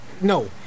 No